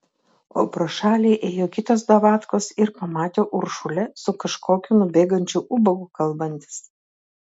o pro šalį ėjo kitos davatkos ir pamatė uršulę su kažkokiu nubėgančiu ubagu kalbantis